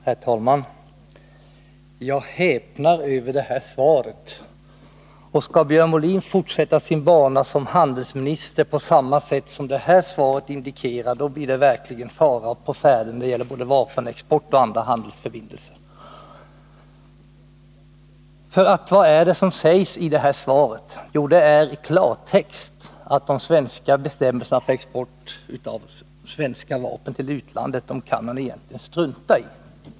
Herr talman! Jag häpnar över det här svaret. Skall Björn Molin fortsätta sin bana som handelsminister på samma sätt som det här svaret indikerar, då är det verkligen fara på färde när det gäller både vapenexport och andra handelsförbindelser. Vad är det som sägs i detta svar? Jo, det är i klartext att de svenska bestämmelserna för export av svenska vapen till utlandet kan man egentligen strunta i.